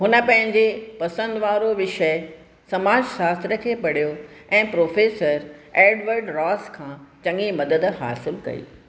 हुन पंहिंजे पसंदि वारो विषय समाजशास्त्र खे पढ़ियो ऐं प्रोफेसर एडवर्ड रॉस खां चङी मदद हासिलु कई